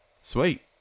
sweet